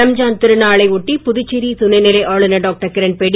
ரம்ஜான் திருநாளை ஒட்டி புதுச்சேரி துணைநிலை ஆளுநர் டாக்டர் கிரண்பேடி